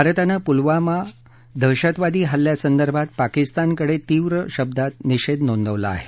भारतानं पुलवामा दहशतवादी हल्यासंदर्भात पाकिस्तानकडे तीव्र निषेध नोंदवला आहे